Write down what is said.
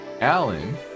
Alan